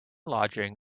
lodging